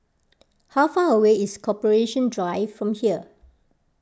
how far away is Corporation Drive from here